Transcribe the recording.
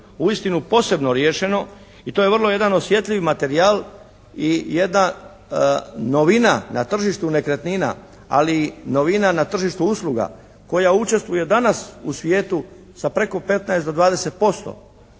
uistinu posebno riješeno i to je vrlo jedan osjetljivi materijal i jedna novina na tržištu nekretnina ali i novina na tržištu usluga koja učestvuje danas u svijetu sa preko 15 do 20%.